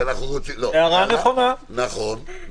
נכון.